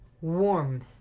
warmth